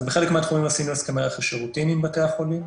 אז בחלק מהתחומים עשינו הסכמי רכש שירותיים עם בתי החולים,